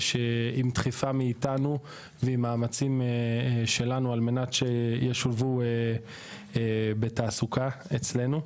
ועם דחיפה מאיתנו ועם מאמצים שלנו על מנת שישולבו בתעסוקה אצלנו.